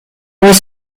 was